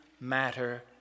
matter